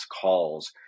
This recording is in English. calls